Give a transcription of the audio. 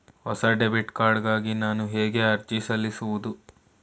ಹೊಸ debit card ಗಾಗಿ ನಾನು ಹೇಗೆ ಅರ್ಜಿ ಸಲ್ಲಿಸುವುದು?